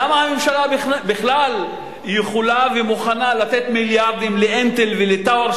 למה הממשלה בכלל יכולה ומוכנה לתת מיליארדים ל"אינטל" ול"טאואר",